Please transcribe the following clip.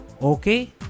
Okay